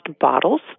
bottles